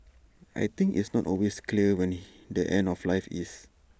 I think it's not always clear when he the end of life is